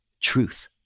truth